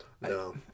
No